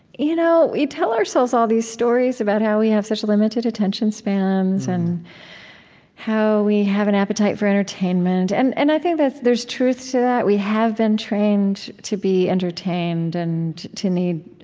you know we tell ourselves all these stories about how we have such limited attention spans and how we have an appetite for entertainment, and and i think that there's truth to that. we have been trained to be entertained and to need